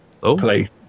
play